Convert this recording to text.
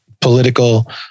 political